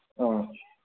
ꯑꯥ